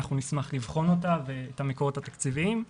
אנחנו נשמח לבחון אותה ואת המקורות התקציביים.